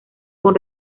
con